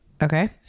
okay